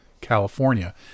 California